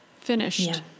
Finished